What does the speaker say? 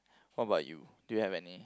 what about you do you have any